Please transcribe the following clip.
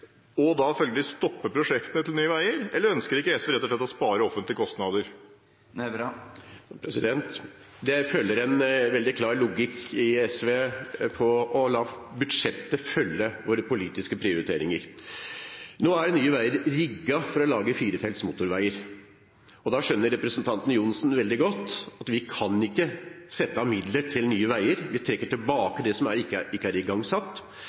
og da følgelig stoppe prosjektet til Nye Veier? Ønsker SV rett og slett ikke å spare offentlige kostnader? Det følger en veldig klar logikk i SV om å la budsjettet følge våre politiske prioriteringer. Nå er Nye Veier rigget for å lage firefelts motorveier. Da skjønner representanten Johnsen veldig godt at vi kan ikke sette av midler til Nye Veier. Vi trekker tilbake det som ikke er igangsatt,